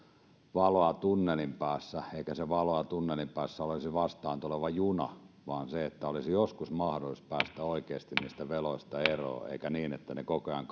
valoa tunnelin päässä eikä se valo tunnelin päässä olisi vastaan tuleva juna vaan se että olisi joskus mahdollista päästä oikeasti niistä veloista eroon eikä niin että ne koko ajan